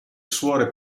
suore